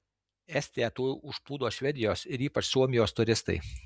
estiją tuoj užplūdo švedijos ir ypač suomijos turistai